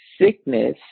sickness